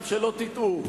כדי שלא תטעו,